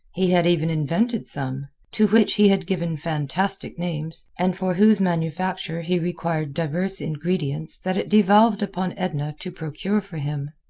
he had even invented some, to which he had given fantastic names, and for whose manufacture he required diverse ingredients that it devolved upon edna to procure for him.